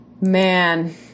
Man